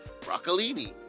broccolini